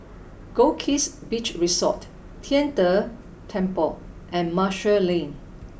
Goldkist Beach Resort Tian De Temple and Marshall Lane